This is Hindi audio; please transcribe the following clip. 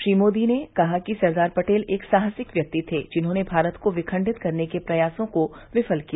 श्री मोदी ने कहा कि सरदार पटेल एक साहसिक व्यक्ति थे जिन्होंने भारत को विखंडित करने के प्रयासों को विफल किया